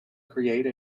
create